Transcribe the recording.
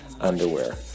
underwear